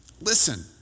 Listen